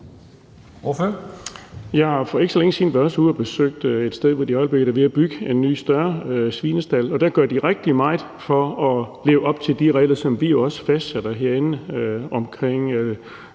Jeg har for ikke så længe siden været ude at besøge et sted, hvor de er ved at bygge en ny, større svinestald, og der gør de rigtig meget ud af at leve op til de regler, som vi også selv fastsætter herinde, omkring